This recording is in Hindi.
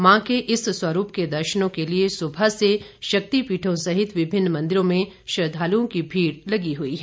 मां के इस स्वरूप के दर्शनों के लिए सुबह से शक्तिपीठों सहित विभिन्न मंदिरों में श्रद्धालुओं की भीड़ लगी हुई है